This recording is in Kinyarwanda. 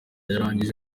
yarangije